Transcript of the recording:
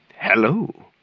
Hello